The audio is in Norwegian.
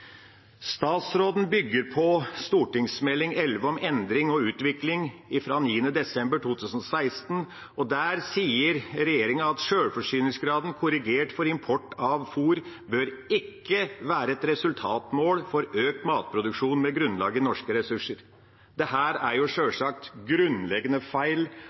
Statsråden bygger på Meld. St. 11 for 2016–2017 om endring og utvikling fra 9. desember 2016, og der sier regjeringen: «Selvforsyningsgraden korrigert for import av fôr bør ikke være et resultatmål for økt matproduksjon med grunnlag i norske ressurser.» Dette er sjølsagt grunnleggende feil,